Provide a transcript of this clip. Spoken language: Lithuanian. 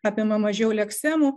apima mažiau leksemų